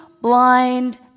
blind